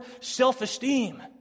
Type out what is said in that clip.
self-esteem